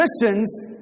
Christians